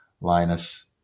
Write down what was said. Linus